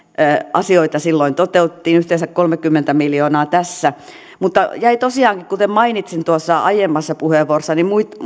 asioita silloin toteutettiin yhteensä kolmekymmentä miljoonaa tässä mutta jäi tosiaan kuten mainitsin tuossa aiemmassa puheenvuorossa